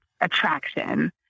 attraction